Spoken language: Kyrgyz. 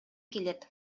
келет